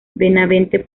benavente